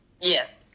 Yes